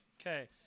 Okay